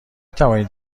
توانید